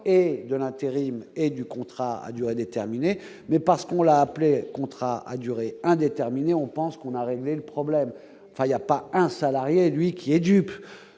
et de l'intérim et du contrat à durée déterminée, mais parce qu'on l'a appelé : contrat à durée indéterminée, on pense qu'on a réglé le problème, enfin il y a pas un salarié, lui qui est dupe